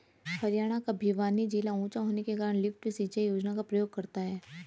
हरियाणा का भिवानी जिला ऊंचा होने के कारण लिफ्ट सिंचाई योजना का प्रयोग करता है